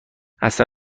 اصلا